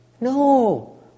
No